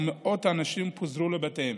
ומאות אנשים פוזרו לבתיהם.